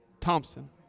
Thompson